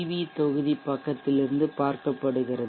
we தொகுதி பக்கத்திலிருந்து பார்க்கப்படுகிறது